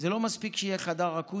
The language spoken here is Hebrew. זה לא מספיק שיהיה חדר אקוטי,